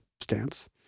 stance